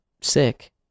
sick